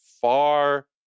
far